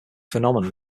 phenomenon